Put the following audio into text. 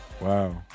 Wow